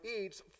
eats